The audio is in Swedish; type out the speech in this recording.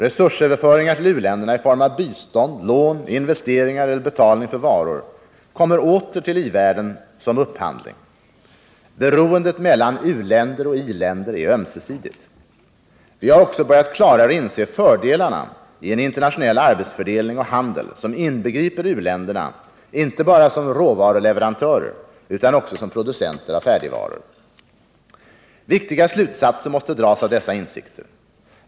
Resursöverföringar till u-länderna i form av bistånd, lån, investeringar eller betalning för varor kommer åter till i-världen som upphandling. Beroendet mellan u-länder och i-länder är ömsesidigt. Vi har också börjat klarare inse fördelarna i en internationell arbetsfördelning och handel, som inbegriper u-länderna inte bara som råvaruleverantörer utan också som producenter av färdigvaror. Viktiga slutsatser måste dras av dessa insikter.